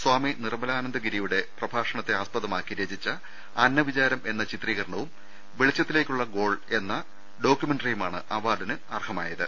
സ്വാമി നിർമലാനന്ദ ഗിരിയുടെ പ്രഭാഷ ണത്തെ ആസ്പദമാക്കി രചിച്ച അന്നവിചാരം എന്ന ചിത്രീകരണവും വെളി ച്ചത്തിലേക്കുള്ള ഗോൾ എന്ന ഡോക്യുമെന്ററിയുമാണ് അവാർഡിന് അർഹ മായത്